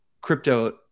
crypto